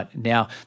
Now